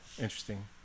Interesting